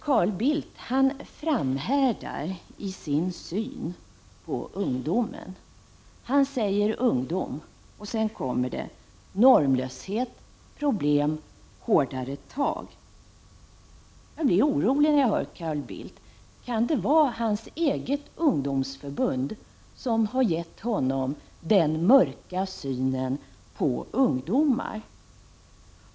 Carl Bildt framhärdar i sin syn på ungdomen. Han säger ”ungdom”, och därefter är det normlöshet, problem och hårdare tag. Jag blir orolig när jag hör Carl Bildt. Kan det vara hans eget ungdomsförbund som har gett honom den mörka synen på ungdomar?